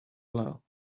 blow